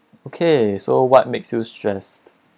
okay so what makes you stressed